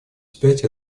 вспять